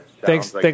thanks